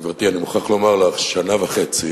גברתי, אני מוכרח לומר לך שנה וחצי,